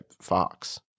Fox